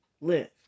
live